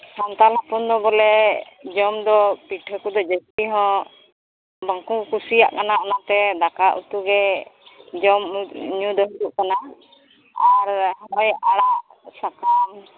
ᱥᱟᱱᱛᱟᱲ ᱦᱚᱯᱚᱱ ᱫᱚ ᱵᱚᱞᱮ ᱡᱚᱢ ᱫᱚ ᱯᱤᱴᱷᱟᱹ ᱠᱚᱫᱚ ᱡᱟᱹᱥᱛᱤ ᱦᱚᱸ ᱵᱟᱝᱠᱚ ᱠᱩᱥᱤᱭᱟᱜ ᱠᱟᱱᱟ ᱚᱱᱟᱛᱮ ᱫᱟᱠᱟ ᱩᱛᱩ ᱜᱮ ᱡᱚᱢ ᱧᱩ ᱫᱚ ᱦᱩᱭᱩᱜ ᱠᱟᱱᱟ ᱟᱨ ᱟᱲᱟᱜ ᱥᱟᱠᱟᱢ